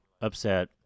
upset